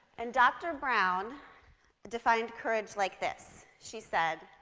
and dr. brown defined courage like this. she said,